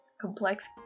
complex